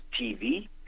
TV